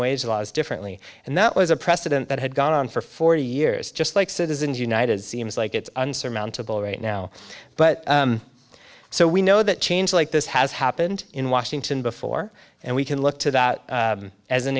wage laws differently and that was a precedent that had gone on for forty years just like citizens united seems like it's unsurmountable right now but so we know that change like this has happened in washington before and we can look to that as an